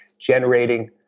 generating